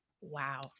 Wow